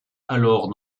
alors